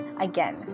again